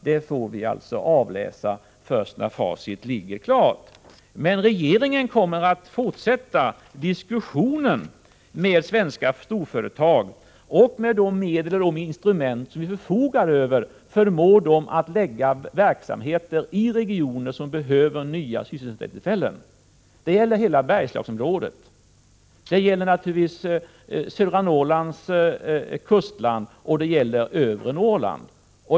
Det får vi alltså avläsa först när facit ligger klart. Regeringen kommer att fortsätta diskussionen med svenska storföretag och med de medel och instrument som vi förfogar över förmå dem att förlägga verksamheter i regioner som behöver nya sysselsättningstillfällen. Det gäller hela Bergslagsområdet, södra Norrlands kustland och övre Norrland.